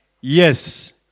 yes